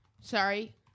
Sorry